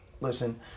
listen